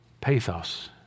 pathos